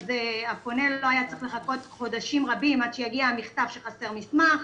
אז הפונה לא היה צריך לחכות חודשים רבים עד שיגיע המכתב שחסר מסמך.